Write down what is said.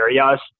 areas